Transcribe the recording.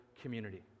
community